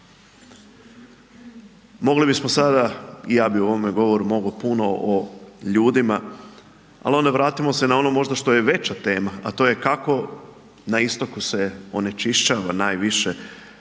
Mogli bismo sada i ja bi u ovome govoru mogo puno o ljudima, ali onda vratimo se na ono možda što je veća tema, a to je kako na istoku se onečišćava najviše